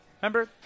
remember